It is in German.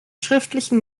schriftlichen